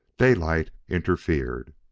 daylight interfered.